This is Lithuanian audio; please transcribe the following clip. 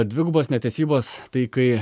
dvigubos netesybos tai kai